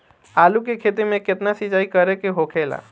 आलू के खेती में केतना सिंचाई करे के होखेला?